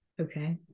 Okay